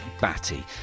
Batty